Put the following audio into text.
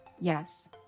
Yes